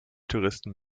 touristen